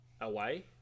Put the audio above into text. away